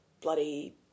bloody